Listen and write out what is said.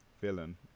villain